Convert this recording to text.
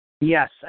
Yes